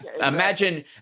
imagine